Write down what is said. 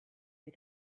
you